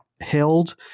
held